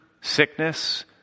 sickness